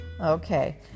Okay